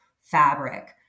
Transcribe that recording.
fabric